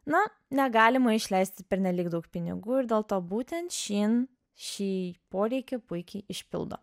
na negalima išleisti pernelyg daug pinigų ir dėl to būtent shein šį poreikį puikiai išpildo